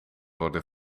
worden